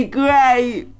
great